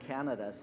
Canada